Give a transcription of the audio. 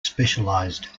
specialized